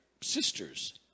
sisters